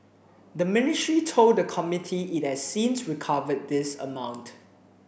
the ministry told the committee it has since recovered this amount